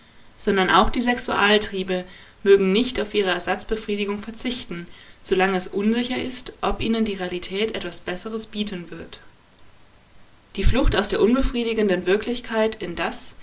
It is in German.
sondern auch die sexualtriebe mögen nicht auf ihre ersatzbefriedigung verzichten solange es unsicher ist ob ihnen die realität etwas besseres bieten wird die flucht aus der unbefriedigenden wirklichkeit in das